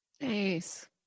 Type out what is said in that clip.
Nice